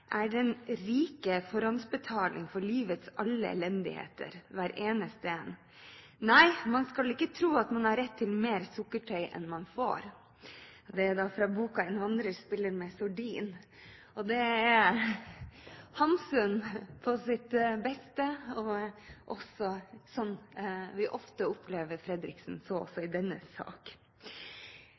er den rike forhåndsbetaling for livets alle elendigheter, hver eneste en. Nei man skal ikke tro at man har ret til mere sukkertøi end man får.» Det er fra boken «En vandrer spiller med sordin», og det er Hamsun på sitt beste – og også som vi ofte opplever representanten Fredriksen, så også i denne sak.